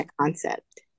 concept